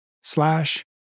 slash